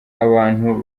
abantu